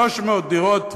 300 דירות,